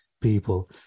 people